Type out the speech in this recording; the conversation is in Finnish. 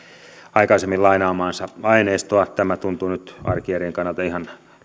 aikaisemmin lainaamaansa aineistoa tämä tuntuu nyt arkijärjen kannalta ihan